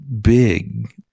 big